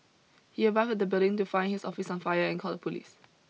he arrived at the building to find his office on fire and called the police